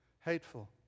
hateful